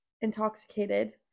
intoxicated